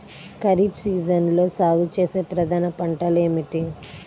ఖరీఫ్ సీజన్లో సాగుచేసే ప్రధాన పంటలు ఏమిటీ?